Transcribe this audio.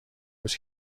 روز